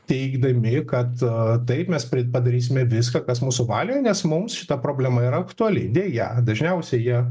teigdami kad taip mes padarysime viską kas mūsų valioje nes mums šita problema yra aktuali deja dažniausiai jie